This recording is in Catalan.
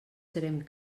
serem